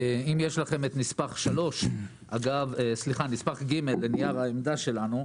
אם יש לכם את נספח ג' לנייר העמדה שלנו,